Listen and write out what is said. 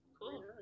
Cool